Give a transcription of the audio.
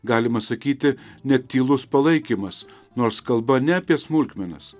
galima sakyti net tylus palaikymas nors kalba ne apie smulkmenas